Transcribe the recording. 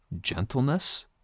gentleness